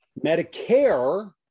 Medicare